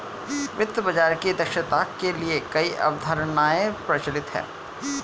वित्तीय बाजार की दक्षता के लिए कई अवधारणाएं प्रचलित है